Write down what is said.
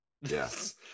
Yes